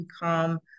become